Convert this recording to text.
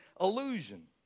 illusion